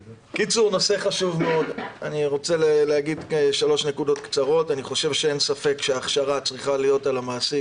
הזה: אין ספק שההכשרה צריכה להיות על המעסיק,